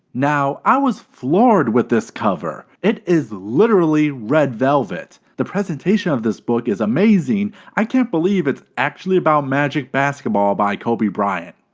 now i was floored with this cover. it is literally red velvet, the presentation on this book is amazing i can't believe it's actually about magic basketball by kobe bryant.